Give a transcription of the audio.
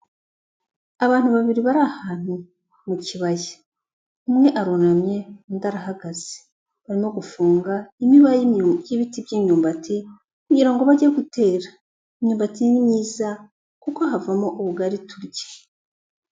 Abantu babiri bari ahantu mu kibaya, umwe arunamye undi arahagaze, barimo gufunga imiba y'ibiti by'imyumbati, kugira ngo bajye gutera, imyubati ni myiza kuko havamo ubugari turya.